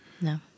No